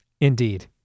Indeed